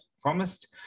promised